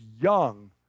young